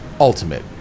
Ultimate